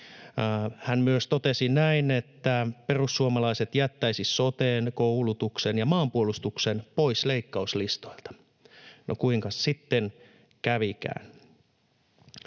Hän myös totesi näin, että perussuomalaiset jättäisi soten, koulutuksen ja maanpuolustuksen pois leikkauslistoilta. No, kuinkas sitten kävikään.